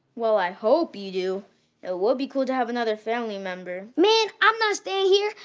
well i hope you do. it would be cool to have another family member. man, i'm not staying here!